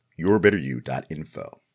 yourbetteryou.info